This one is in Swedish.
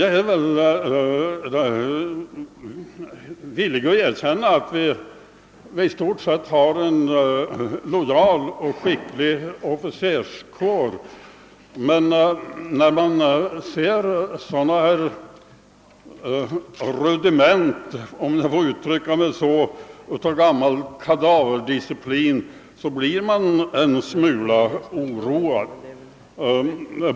Jag är villig att erkänna att vi i stort Sett har en lojal och skicklig officers år, men när man ser sådana rudiment Av gammal kadaverdisciplin som i detta fall blir man en smula oroad.